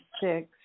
six